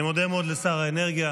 אני מודה מאוד לשר האנרגיה.